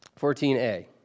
14a